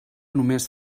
només